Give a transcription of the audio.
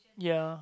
ya